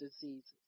diseases